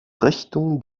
richtung